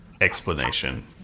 explanation